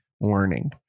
learning